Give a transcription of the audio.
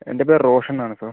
എൻ്റെ പേര് റോഷൻ എന്നാണ് സർ